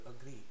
agree